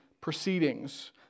proceedings